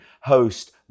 host